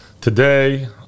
today